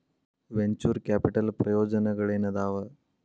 venture capital ಪ್ರಯೋಜನಗಳೇನಾದವ